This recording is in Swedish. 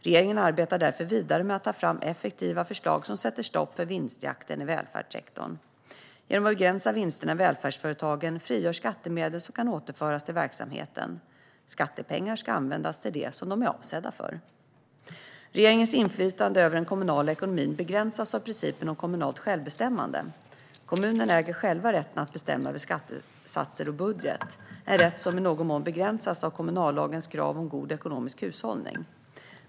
Regeringen arbetar därför vidare med att ta fram effektiva förslag som sätter stopp för vinstjakten i välfärdssektorn. Genom att begränsa vinsterna i välfärdsföretagen frigörs skattemedel som kan återföras till verksamheten. Skattepengar ska användas till det som de är avsedda för. Regeringens inflytande över den kommunala ekonomin begränsas av principen om kommunalt självbestämmande. Kommunerna äger själva rätten att bestämma över skattesatser och budget, en rätt som i någon mån begränsas av kommunallagens krav på god ekonomisk hushållning.